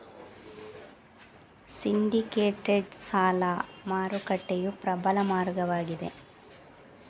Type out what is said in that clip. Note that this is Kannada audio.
ಸಿಂಡಿಕೇಟೆಡ್ ಸಾಲ ಮಾರುಕಟ್ಟೆಯು ಪ್ರಬಲ ಮಾರ್ಗವಾಗಿದೆ